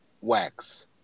wax